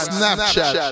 Snapchat